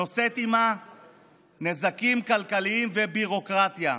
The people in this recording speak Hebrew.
נושאת עימה נזקים כלכליים וביורוקרטיה.